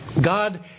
God